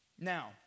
Now